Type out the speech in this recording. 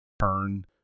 turn